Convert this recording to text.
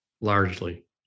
largely